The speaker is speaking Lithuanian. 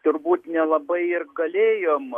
turbūt nelabai ir galėjom